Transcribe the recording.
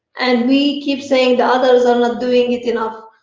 and we keep saying the others are not doing it enough,